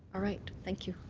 all right. thank you.